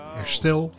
herstel